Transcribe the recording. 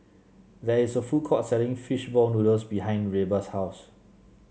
there is a food court selling fish ball noodles behind Reba's house